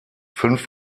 fünf